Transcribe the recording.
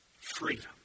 freedom